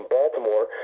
Baltimore